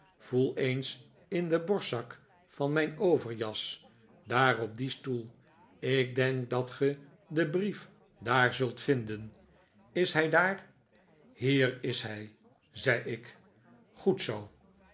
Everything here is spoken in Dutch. voel eens in den borstzak van miin overjas daar op dien stoel ik denk dat ge den brief daar zult vinden is hij daar hier is hij zei ik goed zoo